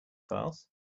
class